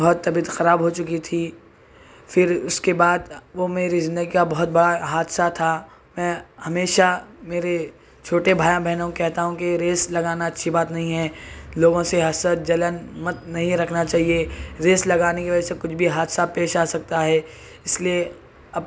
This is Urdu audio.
بہت طبیعت خراب ہوچکی تھی پھر اس کے بعد وہ میری زندگی کا بہت بڑا حادثہ تھا میں ہمیشہ میرے چھوٹے بھائی اور بہنوں کو کہتا ہوں کہ ریس لگانا اچّھی بات نہیں ہے لوگوں سے حسد جلن مت نہیں رکھنا چاہیے ریس لگانے کی وجہ سے کچھ بھی حادثہ پیش آ سکتا ہے اس لیے اب